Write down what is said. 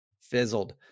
fizzled